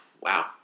wow